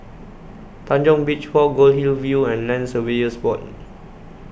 Tanjong Beach Walk Goldhill View and Land Surveyors Board